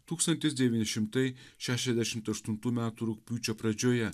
tūkstantis devyni šimtai šešiasdešimt aštuntų metų rugpjūčio pradžioje